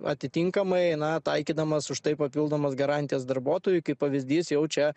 atitinkamai na taikydamas už tai papildomas garantijas darbuotojui kaip pavyzdys jau čia